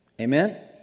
Amen